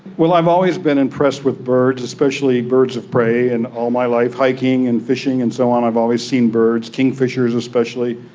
i've always been impressed with birds, especially birds of prey, and all my life hiking and fishing and so on, i've always seen birds, kingfishers especially.